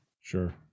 Sure